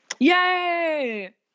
Yay